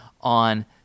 on